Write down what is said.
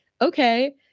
okay